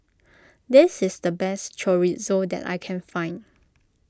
this is the best Chorizo that I can find